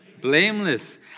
Blameless